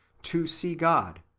to see god,